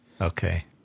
Okay